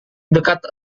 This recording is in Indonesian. dekat